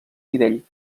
nivell